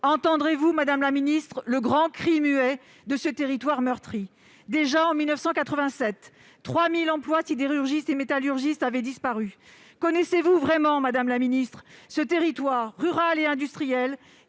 ministre chargé de l'industrie, le grand « cri muet » de ce territoire meurtri ? Déjà, en 1987, 3 000 emplois sidérurgistes et métallurgistes avaient disparu. Connaissez-vous vraiment, madame la ministre, ce territoire rural et industriel,